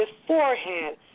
beforehand